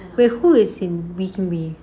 wait who is in listening